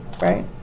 right